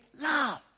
love